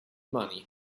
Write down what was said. money